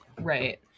right